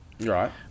Right